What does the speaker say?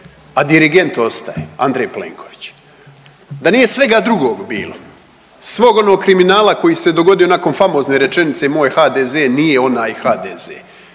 a dirigent ostaje Andrej Plenković. Da nije svega drugog bilo, svog onog kriminala koji se dogodio nakon famozne rečenice moj HDZ nije onaj HDZ.